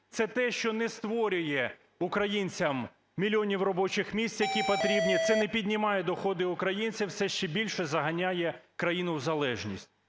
це те, що не створює українцям мільйонів робочих місць, які потрібні, це не піднімає доходи українцям, це ще більше заганяє країну в залежність.